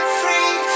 free